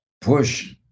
push